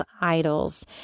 idols